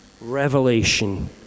revelation